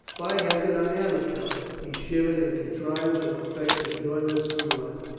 by heaven, i am a coward. he shivered and contrived to affect a joyless smile.